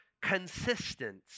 consistent